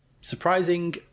Surprising